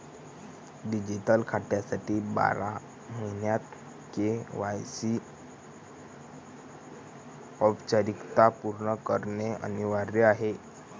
digital खात्यासाठी बारा महिन्यांत के.वाय.सी औपचारिकता पूर्ण करणे अनिवार्य आहे